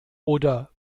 oder